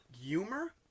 humor